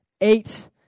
Eight